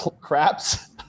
craps